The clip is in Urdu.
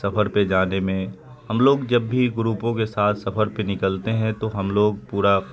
سفر پہ جانے میں ہم لوگ جب بھی گروپوں کے ساتھ سفر پہ نکلتے ہیں تو ہم لوگ پورا